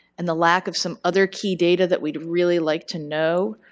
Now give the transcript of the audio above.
and the lack of some other key data that we'd really like to know,